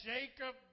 Jacob